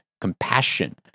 compassion